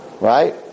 right